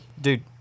Dude